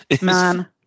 Man